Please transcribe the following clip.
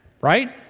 right